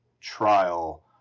trial